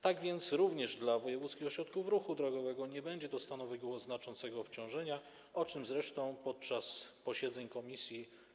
Tak więc również dla wojewódzkich ośrodków ruchu drogowego nie będzie to stanowiło znaczącego obciążenia, o czym zresztą była mowa podczas posiedzeń komisji.